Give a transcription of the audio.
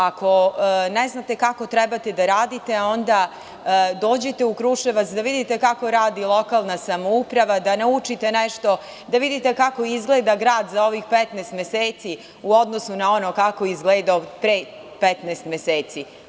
Ako ne znate kako trebate da radite, a onda dođite u Kruševac da vidite kako radi lokalna samouprava, da naučite nešto, da vidite kako izgleda grad za ovih 15 meseci u odnosu na ono kako je izgledao pre 15 meseci.